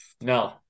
no